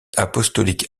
apostolique